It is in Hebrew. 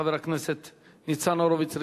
חבר הכנסת ניצן הורוביץ,